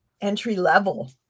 entry-level